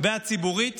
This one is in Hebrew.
והציבורית